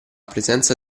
presenza